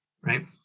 right